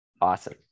awesome